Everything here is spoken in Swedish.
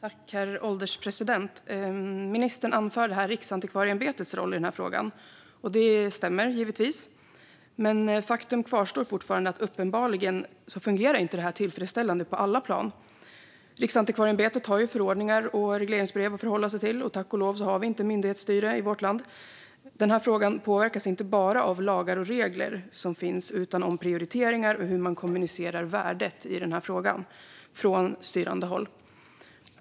Herr ålderspresident! Ministern anförde här Riksantikvarieämbetets roll i frågan. Det stämmer givetvis. Men faktum kvarstår fortfarande att uppenbarligen fungerar inte detta tillfredsställande på alla plan. Riksantikvarieämbetet har förordningar och regleringsbrev att förhålla sig till, och tack och lov har vi inte myndighetsstyre i vårt land. Frågan påverkas inte bara av lagar och regler utan av prioriteringar och hur man kommunicerar värdet i frågan från styrande håll.